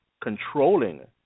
controlling